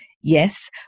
Yes